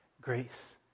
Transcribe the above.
grace